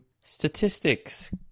statistics